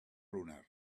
lunar